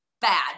bad